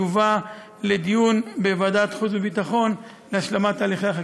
יובא לדיון בוועדת החוץ והביטחון להשלמת הליכי החקיקה.